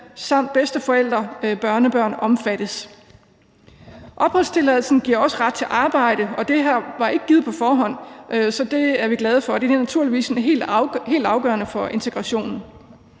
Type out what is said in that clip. bedsteforældre og børnebørn omfattes. Opholdstilladelsen giver også ret til arbejde, og det var ikke givet på forhånd, så det er vi glade for. Det er naturligvis helt afgørende for integrationen.